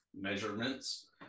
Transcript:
measurements